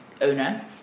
owner